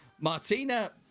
Martina